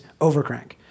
overcrank